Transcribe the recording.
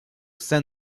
sein